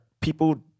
people